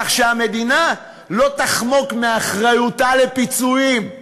כך שהמדינה לא תחמוק מאחריותה לפיצויים.